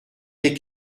des